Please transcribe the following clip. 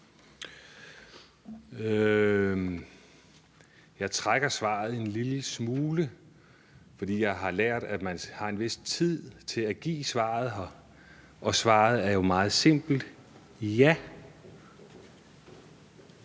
Jeg trækker svaret en lille smule, fordi jeg har lært, at man har en vis tid til at give svaret her, og svaret er jo meget simpelt: Ja.